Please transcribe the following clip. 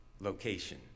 location